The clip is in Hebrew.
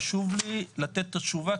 חשוב לי לתת את התשובה,